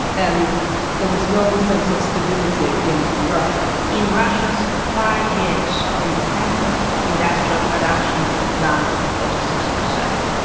and there was no sense of stability in russia. in russia's five years of independence, industrial production plunged forty six percent.